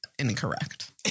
Incorrect